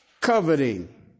coveting